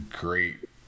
great